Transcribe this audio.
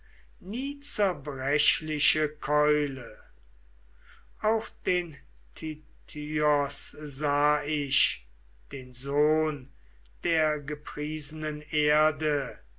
nie zerbrechliche keule auch den tityos sah ich den sohn der gepriesenen erde